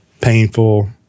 painful